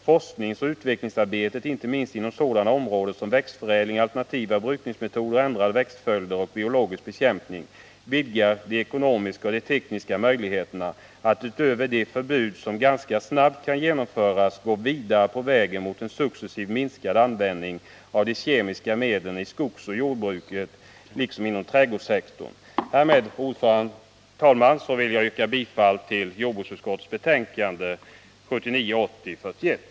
Forskningsoch utvecklingsarbete, inte minst inom sådana områden som växtförädling, alternativa brukningsmetoder, ändrade växtföljder och biologisk bekämpning, vidgar de ekonomiska och de tekniska möjligheterna att — utöver de förbud som ganska snabbt kan genomföras — gå vidare på vägen mot en successivt minskad användning av de kemiska medlen i skogsoch jordbruket liksom inom trädgårdssektorn. Härmed, herr talman, vill jag yrka bifall till jordbruksutskottets hemställan i betänkandet 1979/80:41.